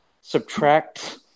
subtract